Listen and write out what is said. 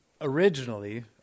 originally